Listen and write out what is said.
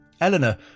Eleanor